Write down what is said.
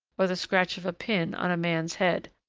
or the scratch of a pin, on a man's head.